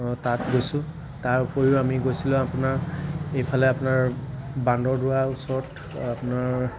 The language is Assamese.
তাত গৈছোঁ তাৰ উপৰিও আমি গৈছিলোঁ আপোনাৰ ইফালে আপোনাৰ বান্দৰদোৱা ওচৰত আপোনাৰ